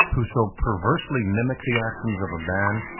who so perversely mimicked the actions of a man,